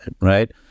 right